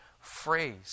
phrase